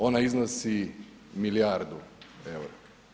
Ona iznosi milijardu EUR-a.